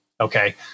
okay